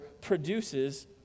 produces